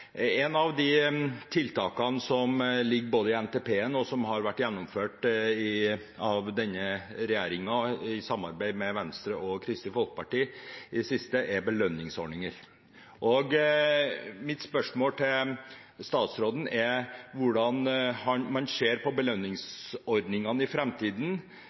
av tiltakene som både ligger i NTP-en og har vært gjennomført av denne regjeringen i samarbeid med Venstre og Kristelig Folkeparti i det siste, er belønningsordninger. Mitt spørsmål til statsråden er hvordan han ser på belønningsordningene i